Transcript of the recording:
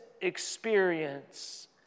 experience